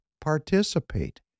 participate